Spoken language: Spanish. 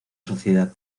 sociedad